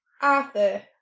Arthur